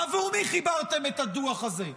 בעבור מי חיברתם את הדוח הזה?